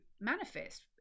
manifest